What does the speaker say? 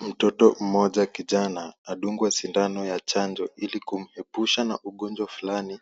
Mtoto mmoja kijana adungwa sindano ya chanjo ili kumuepusha na ugonjwa fulani